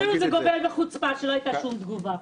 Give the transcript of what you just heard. אפילו זה גובל בחוצפה, שלא הייתה שום תגובה.